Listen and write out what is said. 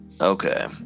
Okay